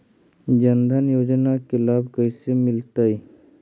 जन धान योजना के लाभ कैसे मिलतै?